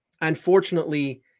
unfortunately